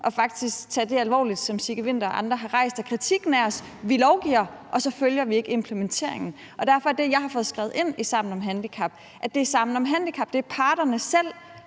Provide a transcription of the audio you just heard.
og faktisk tage det alvorligt, som Sigge Winther og andre har rejst i kritikken af os: Vi lovgiver, og så følger vi ikke implementeringen. Derfor er det, jeg har fået skrevet ind i Sammen om handicap, at det er parterne selv,